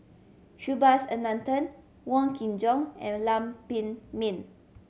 Subhas Anandan Wong Kin Jong and Lam Pin Min